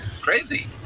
crazy